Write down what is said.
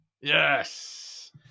Yes